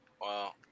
Wow